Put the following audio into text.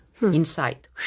inside